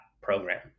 program